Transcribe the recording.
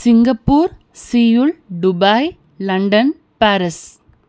Singapore Seoul Dubai London Paris